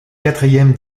quatrième